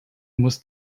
muss